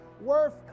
worth